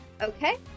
okay